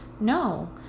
No